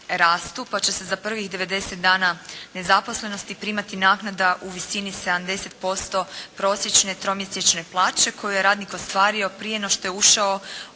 pa će se za prvih 90 dana nezaposlenosti primati naknada u visini 70% prosječne tromjesečne plaće koju je radnik ostvario prije no što je ušao u